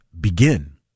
begin